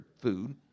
food